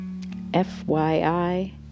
FYI